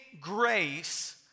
grace